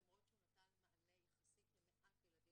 למרות שהוא נתן מענה יחסית למעט ילדים,